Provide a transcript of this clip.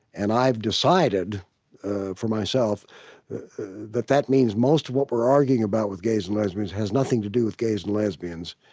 and i've decided for myself that that means most of what we're arguing about with gays and lesbians has nothing to do with gays and lesbians.